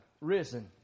risen